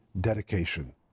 dedication